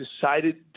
decided